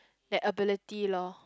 the ability loh